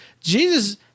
Jesus